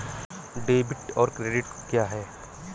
Debit और credit क्या है?